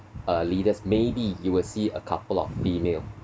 uh leaders maybe you will see a couple of female